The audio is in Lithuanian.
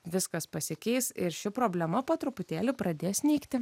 viskas pasikeis ir ši problema po truputėlį pradės nykti